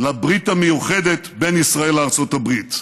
לברית המיוחדת בין ישראל לארצות הברית,